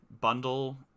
bundle